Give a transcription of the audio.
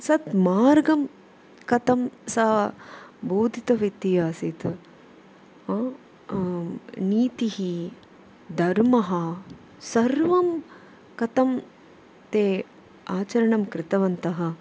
सत् मार्गं कथं सा बोधितवती आसीत् आ नीतिः धर्मः सर्वं कथं ते आचरणं कृतवन्तः